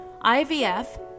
IVF